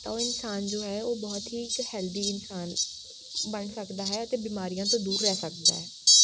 ਤਾਂ ਉਹ ਇਨਸਾਨ ਜੋ ਹੈ ਉਹ ਬਹੁਤ ਹੀ ਇੱਕ ਹੈਲਦੀ ਇਨਸਾਨ ਬਣ ਸਕਦਾ ਹੈ ਅਤੇ ਬਿਮਾਰੀਆਂ ਤੋਂ ਦੂਰ ਰਹਿ ਸਕਦਾ